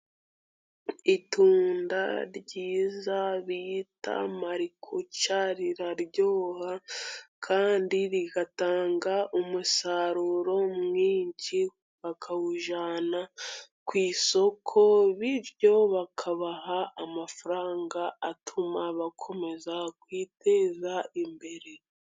Itunda ryiza bita marikuca, riraryoha kandi rigatanga umusaruro mwinshi bakawujyana ku isoko, bityo bakabaha amafaranga atuma bakomeza kwiteza imbere.